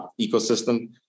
ecosystem